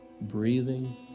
Breathing